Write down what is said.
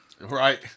Right